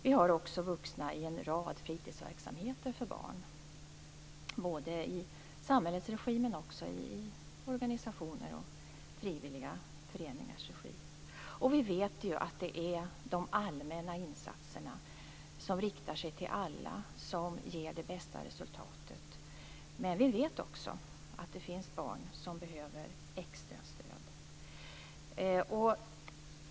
Vidare finns det vuxna i en rad fritidsverksamheter för barn, i samhällets regi men också i organisationers och frivilliga föreningars regi. Vi vet att det är de allmänna insatserna, de insatser som riktas till alla, som ger det bästa resultatet. Vi vet också att det finns barn som behöver extra stöd.